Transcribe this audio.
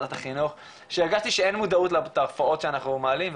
וועדת החינוך שהרגשתי שאין מודעות לתופעות שאנחנו מעלים,